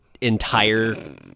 entire